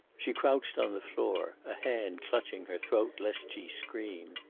she crouched on the floor, a hand clutching her throat, lest she scream.